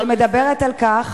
שמדברת על כך,